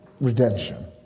redemption